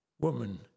Woman